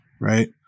Right